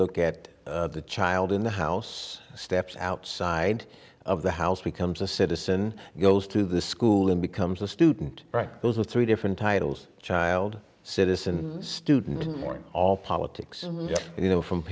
look at the child in the house steps outside of the house becomes a citizen goes to the school and becomes a student right those are three different titles child citizen student more in all politics you know from